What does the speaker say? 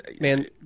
man